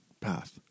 path